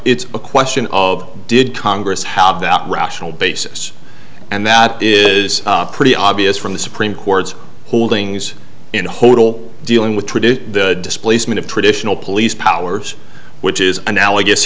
it's a question of did congress how about rational basis and that is pretty obvious from the supreme court's holdings in hodell dealing with the displacement of traditional police powers which is analogous